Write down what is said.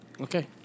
Okay